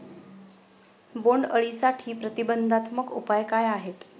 बोंडअळीसाठी प्रतिबंधात्मक उपाय काय आहेत?